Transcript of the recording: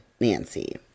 nancy